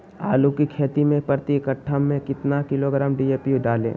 आलू की खेती मे प्रति कट्ठा में कितना किलोग्राम डी.ए.पी डाले?